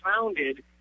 founded